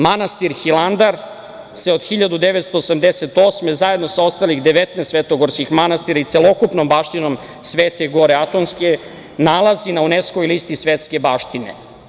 Manastir Hilandar se od 1988. godine, zajedno sa ostalih 19 svetogorskih manastira i celokupnom baštinom Svete Gore Atonske nalazi na UNESKO listi svetske baštine.